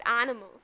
animals